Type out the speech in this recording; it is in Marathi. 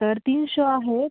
तर तीन शो आहेत